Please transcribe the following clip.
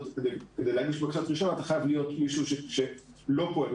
חייב להיות מישהו שלא פועל ללא רישיון.